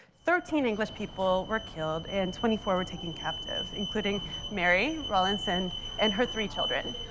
thirteen english people were killed and twenty four were taken captive, including mary rowlandson and her three children.